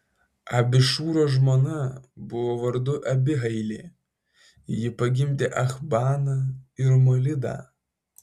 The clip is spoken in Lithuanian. abišūro žmona buvo vardu abihailė ji pagimdė achbaną ir molidą